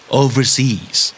overseas